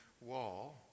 Wall